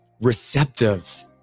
receptive